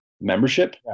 membership